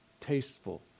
tasteful